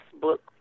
book